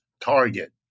target